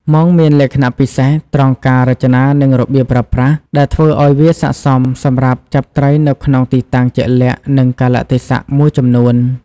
មងមានលក្ខណៈពិសេសត្រង់ការរចនានិងរបៀបប្រើប្រាស់ ដែលធ្វើឱ្យវាស័ក្តិសមសម្រាប់ចាប់ត្រីនៅក្នុងទីតាំងជាក់លាក់និងកាលៈទេសៈមួយចំនួន។